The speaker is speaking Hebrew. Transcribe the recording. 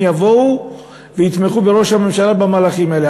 יבואו ויתמכו בראש הממשלה במהלכים האלה.